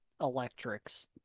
electrics